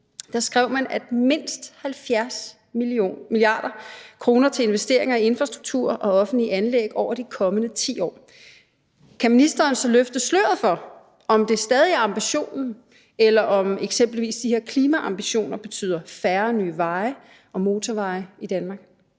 man ville afsætte mindst 70 mia. kr. til investeringer i infrastruktur og offentlige anlæg over de kommende 10 år. Kan ministeren så løfte sløret for, om det stadig er ambitionen, eller om eksempelvis de her klimaambitioner betyder færre nye veje og motorveje i Danmark?